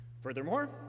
Furthermore